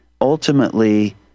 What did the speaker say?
Ultimately